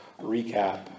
recap